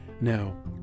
Now